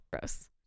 Gross